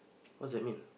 what's that mean